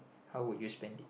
how would you spend it